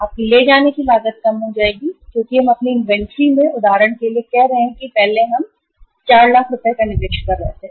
आपकी ले जाने की लागत कम हो जाएगी क्योंकि हम अपनी इन्वेंट्री में पहले 4 लाख या 5 लाख रुपये का निवेश कर रहे थे